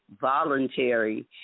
voluntary